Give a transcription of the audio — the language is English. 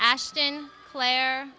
ashton clare